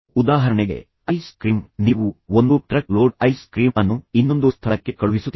ಉದಾಹರಣೆಗೆ ice cream ನೀವು ಒಂದು ಟ್ರಕ್ ಲೋಡ್ ಐಸ್ ಕ್ರೀಮ್ ಅನ್ನು ಇನ್ನೊಂದು ಸ್ಥಳಕ್ಕೆ ಕಳುಹಿಸುತ್ತಿದ್ದೀರಿ